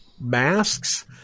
masks